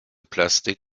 plastik